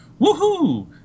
Woohoo